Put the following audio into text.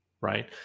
right